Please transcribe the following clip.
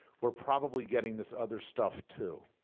we're probably getting this other stuff too.